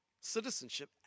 citizenship